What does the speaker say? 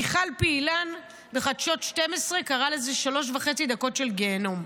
מיכל פעילן בחדשות 12 קראה לזה "שלוש וחצי דקות של גיהינום".